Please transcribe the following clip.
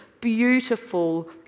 beautiful